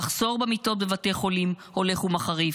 המחסור במיטות בבתי החולים הולך ומחריף,